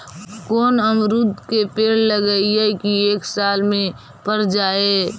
कोन अमरुद के पेड़ लगइयै कि एक साल में पर जाएं?